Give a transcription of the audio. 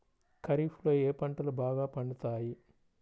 ఖరీఫ్లో ఏ పంటలు బాగా పండుతాయి?